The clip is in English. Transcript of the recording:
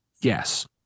Yes